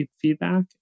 feedback